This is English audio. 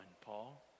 Paul